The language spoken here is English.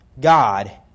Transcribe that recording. God